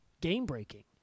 game-breaking